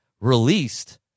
released